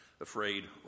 afraid